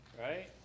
right